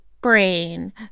brain